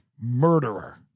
murderer